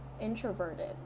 introverted